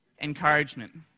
encouragement